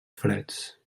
freds